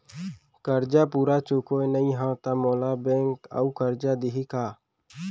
करजा पूरा चुकोय नई हव त मोला बैंक अऊ करजा दिही का?